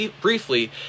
briefly